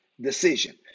decision